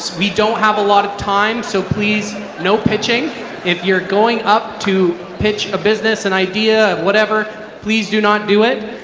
we don't have a lot of time so please no pitching if you're going up to pitch a business, an idea, whatever, please do not do it.